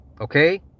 Okay